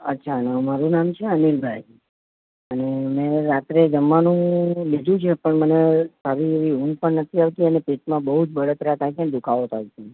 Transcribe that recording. અચ્છા નહીં મારું નામ છે અનિલભાઈ અને મેં રાત્રે જમવાનું લીધું છે પણ મને સારી એવી ઊંઘ પણ નથી આવતી અને પેટમાં બહુ જ બળતરા થાય છે ને દુખાવો થાય છે